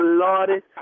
lordy